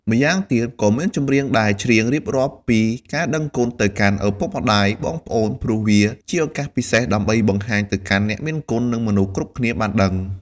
ម្យ៉ាងទៀតក៏មានចម្រៀងដែលច្រៀងរៀបរាប់ពីការដឹងគុណទៅកាន់ឪពុកម្តាយ បងប្អូនព្រោះវាជាឱកាសពិសេសដើម្បីបង្ហាញទៅកាន់អ្នកមានគុណនិងមនុស្សគ្រប់គ្នាបានដឹង។